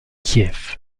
kiev